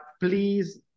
please